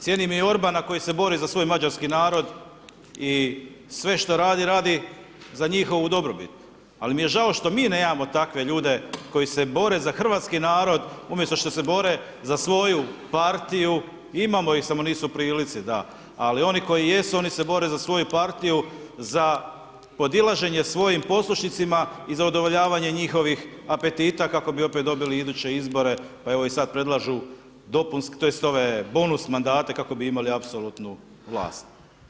Cijenim i Orbana koji se bori za svoj mađarski narod i sve što radi, radi za njihovu dobrobit, al' mi je žao što mi nemamo takve ljude koji se bore za hrvatski narod umjesto što se bore za svoju partiju, imamo ih samo nisu u prilici da, ali oni koji jesu, oni se bore za svoju partiju, za podilaženje svojim poslušnicima i za udovoljavanje njihovih apetita kako bi opet dobili iduće izbore, pa evo i sad predlažu dopunske, to jest ove bonus mandate kako bi imali apsolutnu vlast.